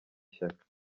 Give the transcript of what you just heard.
shyaka